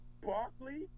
Barkley